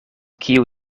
kiu